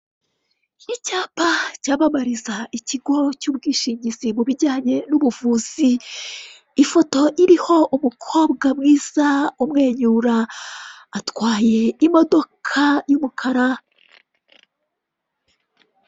Icyapa cyamamariza ikigo cy'ubwishingizi mu bijyanye n'ubuvuzi ifoto iriho umukobwa mwiza umwenyura atwaye imodoka y'umukara.